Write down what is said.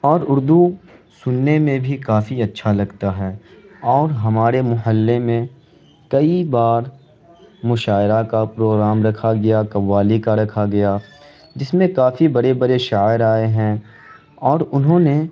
اور اردو سننے میں بھی کافی اچھا لگتا ہے اور ہمارے محلے میں کئی بار مشاعرہ کا پروگرام رکھا گیا قوالی کا رکھا گیا جس میں کافی بڑے بڑے شاعر آئے ہیں اور انہوں نے